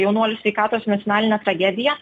jaunuolių sveikatos su nacionaline tragedija